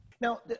Now